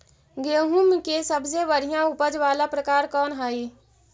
गेंहूम के सबसे बढ़िया उपज वाला प्रकार कौन हई?